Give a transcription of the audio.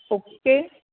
okay